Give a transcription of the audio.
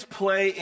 play